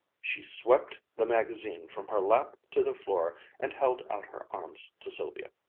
she swept the magazine from her lap to the floor and held out her arms to sylvia.